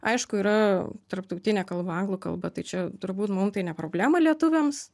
aišku yra tarptautinė kalba anglų kalba tai čia turbūt mum tai ne problema lietuviams